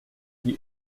die